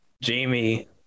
Jamie